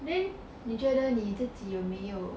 then 你觉得你自己有没有